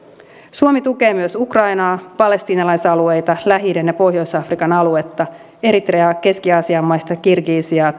suomi tukee myös ukrainaa palestiinalaisalueita lähi idän ja pohjois afrikan aluetta eritreaa keski aasian maista kirgisiaa